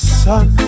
sun